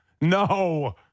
No